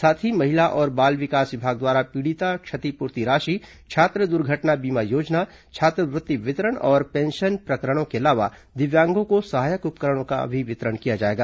साथ ही महिला और बाल विकास विभाग द्वारा पीड़िता क्षतिपूर्ति राशि छात्र दुर्घटना बीमा योजना छात्रवृत्ति वितरण और पेंशन प्रकरणों के अलावा दिव्यांगों को सहायक उपकरणों का भी वितरण किया जाएगा